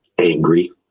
angry